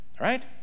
Right